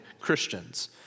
Christians